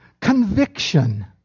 conviction